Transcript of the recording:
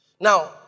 Now